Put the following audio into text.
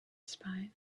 spine